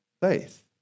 faith